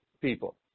people